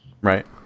Right